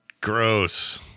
Gross